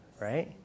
right